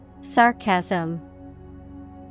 Sarcasm